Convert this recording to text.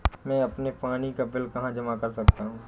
मैं अपने पानी का बिल कहाँ जमा कर सकता हूँ?